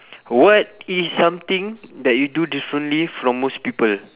what is something that you do differently from most people